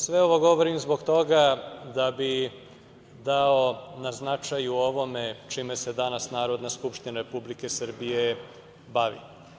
Sve ovo govorim zbog toga da bih dao na značaju ovome čime se danas Narodna skupština Republike Srbije bavi.